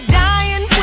dying